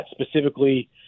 specifically